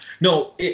No